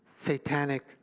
satanic